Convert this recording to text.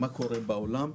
מה קורה בעולם?